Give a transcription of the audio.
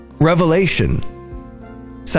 Revelation